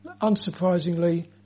unsurprisingly